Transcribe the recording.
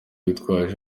yitwaje